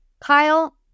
Kyle